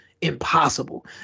impossible